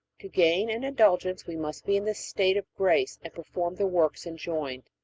to gain an indulgence we must be in the state of grace and perform the works enjoined.